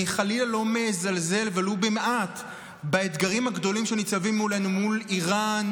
אני חלילה לא מזלזל ולו במעט באתגרים הגדולים שניצבים מולנו מול איראן,